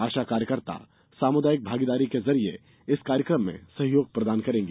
आशा कार्यकर्ता सामुदायिक भागीदारी के जरिए इस कार्यक्रम में सहयोग प्रदान करेंगी